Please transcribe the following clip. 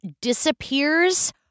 disappears